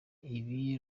ibi